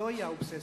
זוהי האובססיה.